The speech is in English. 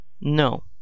No